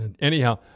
Anyhow